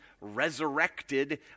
resurrected